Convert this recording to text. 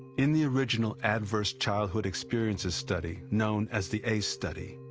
in the original adverse childhood experiences study, known as the ace study,